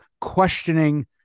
questioning